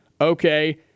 Okay